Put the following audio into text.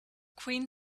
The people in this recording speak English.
queen